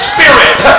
Spirit